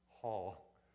hall